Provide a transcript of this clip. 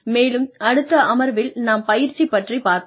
மேலும் அடுத்த அமர்வில் நாம் பயிற்சி பற்றிப் பார்ப்போம்